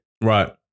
Right